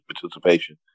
participation